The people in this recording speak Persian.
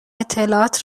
اطلاعات